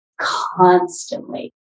constantly